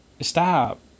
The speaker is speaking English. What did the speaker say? Stop